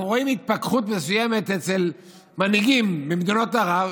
אנחנו רואים התפכחות מסוימת אצל מנהיגים ממדינות ערב,